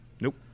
Nope